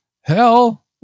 hell